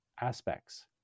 aspects